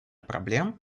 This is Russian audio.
проблем